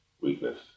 weakness